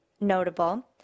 notable